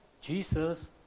Jesus